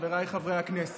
חבריי חברי הכנסת,